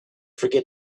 forget